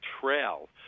trail